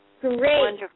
Great